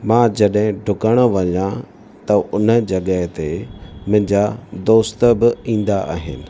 मां जॾहिं ॾुकण वञा त उन जॻह ते मुंहिंजा दोस्त बि ईंदा आहिनि